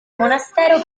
monastero